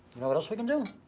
know what else we can do?